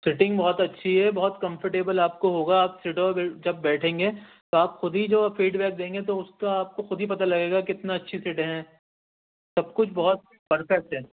setting بہت اچھی ہے بہت کمفرٹیبل آپ کو ہوگا آپ سیٹ اور بیلٹ جب بیٹھیں گے تو آپ خود ہی جو فیڈبیک دیں گے تو اس کا آپ کو خود ہی پتا لگے گا کتنا اچھی سیٹیں ہیں سب کچھ بہت پرفیکٹ ہے